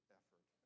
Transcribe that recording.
effort